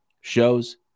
shows